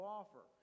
offer